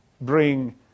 bring